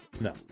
no